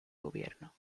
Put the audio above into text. gobierno